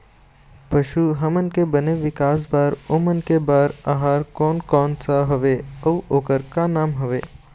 पशु हमन के बने विकास बार ओमन के बार आहार कोन कौन सा हवे अऊ ओकर का नाम हवे?